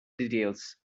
details